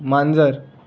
मांजर